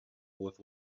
with